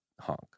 honk